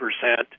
percent